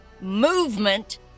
movement